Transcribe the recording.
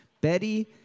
Betty